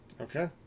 Okay